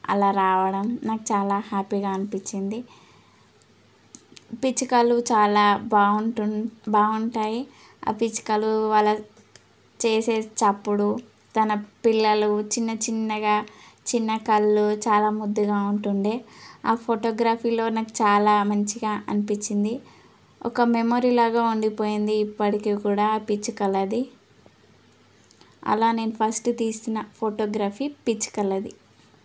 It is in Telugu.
అలా రావడం నాకు చాలా హ్యాపీగా అనిపించింది పిచ్చుకలు చాలా బాగుంటుం బాగుంటాయి ఆ పిచ్చుకలు వాళ చేసే చప్పుడు తన పిల్లలు చిన్న చిన్నగా చిన్న కళ్ళు చాలా ముద్దుగా ఉంటుండే ఆ ఫోటోగ్రఫీలో నాకు చాలా మంచిగా అనిపించింది ఒక మెమొరీలాగా ఉండిపోయింది ఇప్పటికీ కూడా ఆ పిచ్చుకలది అలా నేను ఫస్ట్ తీసిన ఫోటోగ్రఫీ పిచ్చుకలది